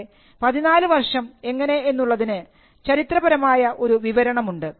അതേ പതിനാലുവർഷം എങ്ങനെ എന്നുള്ളതിന് ചരിത്രപരമായ ഒരു വിവരണമുണ്ട്